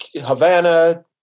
Havana